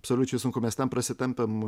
absoliučiai sunku mes ten prasitampėm